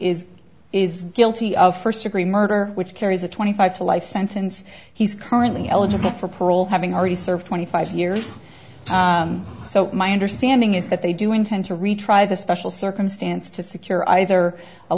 is is guilty of first degree murder which carries a twenty five to life sentence he's currently eligible for parole having already served twenty five years so my understanding is that they do intend to retry the special circumstance to secure either a